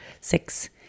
six